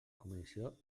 comissió